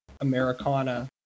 Americana